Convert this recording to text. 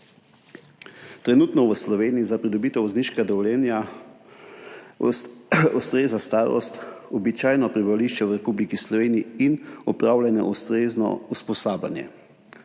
Trenutno v Sloveniji za pridobitev vozniškega dovoljenja ustreza starost, stalno prebivališče v Republiki Sloveniji in opravljeno ustrezno usposabljanje.